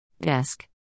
Desk